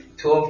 12